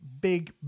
big